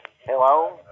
Hello